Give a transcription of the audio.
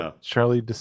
charlie